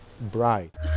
bright